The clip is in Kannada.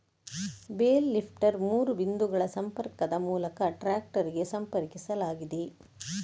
ಬೇಲ್ ಲಿಫ್ಟರ್ ಮೂರು ಬಿಂದುಗಳ ಸಂಪರ್ಕದ ಮೂಲಕ ಟ್ರಾಕ್ಟರಿಗೆ ಸಂಪರ್ಕಿಸಲಾಗಿದೆ